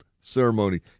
ceremony